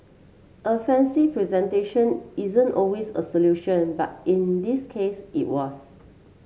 a fancy presentation isn't always a solution but in this case it was